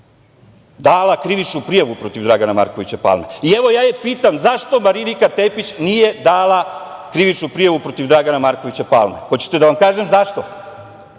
dala krivičnu prijavu protiv Dragana Markovića Palme. Evo, ja pitam - zašto Marinika Tepić nije dala krivičnu prijavu protiv Dragana Markovića Palme? Hoćete da vam kažem zašto?